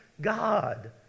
God